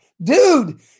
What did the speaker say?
Dude